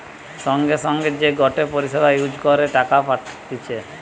সঙ্গে সঙ্গে যে গটে পরিষেবা ইউজ করে টাকা পাঠতিছে